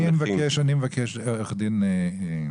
אני מבקש, עורך דין קובי,